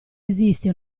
esiste